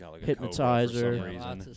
hypnotizer